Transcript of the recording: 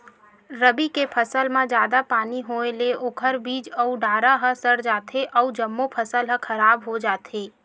रबी के फसल म जादा पानी होए ले ओखर बीजा अउ डारा ह सर जाथे अउ जम्मो फसल ह खराब हो जाथे